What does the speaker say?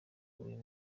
uyu